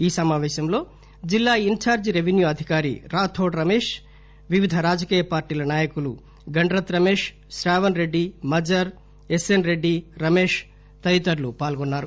ఈ సమాపేశంలో జిల్లా ఇన్చార్టి రెవెన్యూ అధికారి రాథోడ్ రమేష్ వివిధ రాజకీయ పార్టీల నాయకులు గండ్రత్ రమేష్ శ్రావణ్ రెడ్డి మజార్ ఎస్ ఎస్ రెడ్డి రమేష్ తదితరులు పాల్గొన్నారు